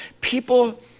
People